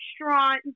restaurant